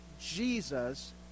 Jesus